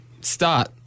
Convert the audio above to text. start